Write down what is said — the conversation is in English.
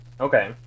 Okay